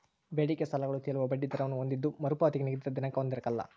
ಬೇಡಿಕೆ ಸಾಲಗಳು ತೇಲುವ ಬಡ್ಡಿ ದರವನ್ನು ಹೊಂದಿದ್ದು ಮರುಪಾವತಿಗೆ ನಿಗದಿತ ದಿನಾಂಕ ಹೊಂದಿರಕಲ್ಲ